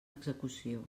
execució